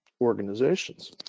organizations